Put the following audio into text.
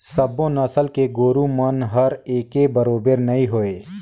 सबो नसल के गोरु मन हर एके बरोबेर नई होय